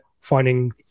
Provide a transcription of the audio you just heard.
finding